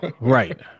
right